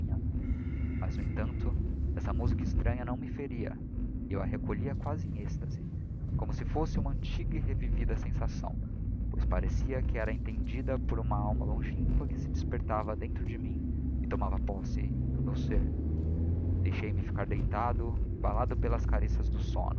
manhã mas no emtanto essa musica extranha não me feria e eu a recolhia quasi em êxtase como si fosse uma antiga e revivida sensação pois parecia que era entendida por uma alma longínqua que se despertava dentro de mim e tomava posse do meu ser deixci me ficar deitado embalado pelas caricias do somno